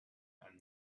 and